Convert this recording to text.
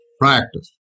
practice